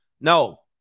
No